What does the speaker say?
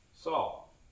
Saul